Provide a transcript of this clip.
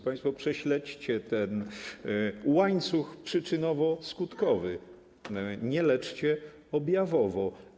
Państwo prześledźcie ten łańcuch przyczynowo-skutkowy, nie leczcie objawowo.